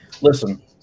Listen